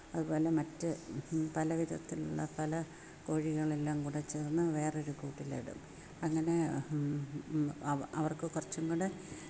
അതു പോലെ മറ്റ് പല വിധത്തിലുള്ള പല കോഴികളെല്ലാം കൂടെ ചേര്ന്നു വേറൊരു കൂട്ടിലിടും അങ്ങനെ അവ അവര്ക്കു കുറച്ചും കൂടി